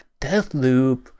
Deathloop